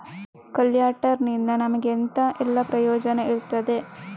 ಕೊಲ್ಯಟರ್ ನಿಂದ ನಮಗೆ ಎಂತ ಎಲ್ಲಾ ಪ್ರಯೋಜನ ಇರ್ತದೆ?